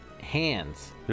hands